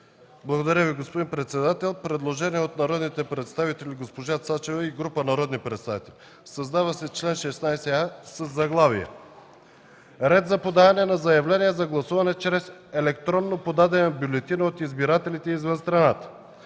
Благодаря Ви, господин председател. Предложение от народния представител Цецка Цачева и група народни представители: „Създава се чл. 16а със заглавие: „Ред за подаване на заявления за гласуване чрез електронно подадена бюлетина от избиратели извън страната